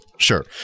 Sure